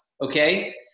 okay